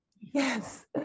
Yes